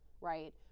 right